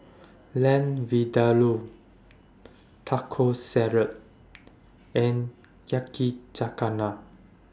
Lamb Vindaloo Taco Salad and Yakizakana